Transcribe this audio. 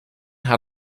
had